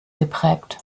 geprägt